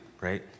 right